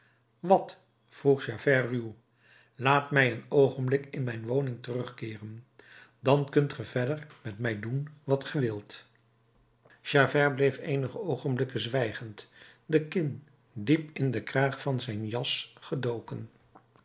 wat vroeg javert ruw laat mij een oogenblik in mijn woning terugkeeren dan kunt ge verder met mij doen wat ge wilt javert bleef eenige oogenblikken zwijgend de kin diep in den kraag van zijn jas gedoken